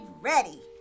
ready